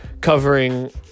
covering